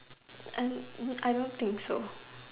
and I don't think so